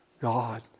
God